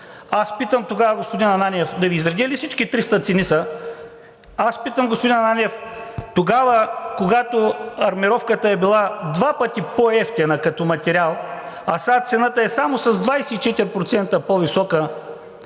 двойно – 100%. Господин Ананиев, да Ви изредя ли всички – 300 цени са? Аз питам, господин Ананиев, тогава, когато армировката е била два пъти по-евтина като материал, а сега цената е само с 24% по-висока,